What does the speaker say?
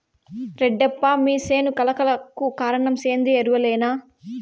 రెడ్డప్ప మీ సేను కళ కళకు కారణం సేంద్రీయ ఎరువులేనా